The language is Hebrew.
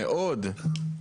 מאוד.